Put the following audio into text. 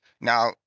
Now